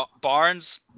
barnes